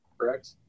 correct